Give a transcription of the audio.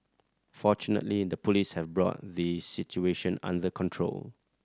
fortunately the Police have brought the situation under control